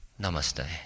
namaste